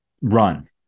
run